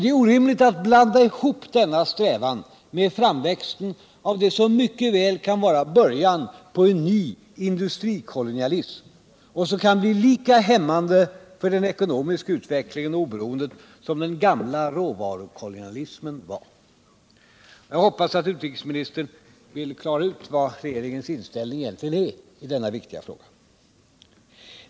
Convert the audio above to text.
Det är orimligt att blanda ihop denna strävan med framväxten av det som mycket väl kan vara början på en ny industrikolonialism och som kan bli lika hämmande för den ekonomiska utvecklingen och oberoendet som den gamla råvarukolonialismen var. Jag hoppas att utrikesministern vill klara ut regeringens inställning i denna viktiga fråga.